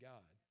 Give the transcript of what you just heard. God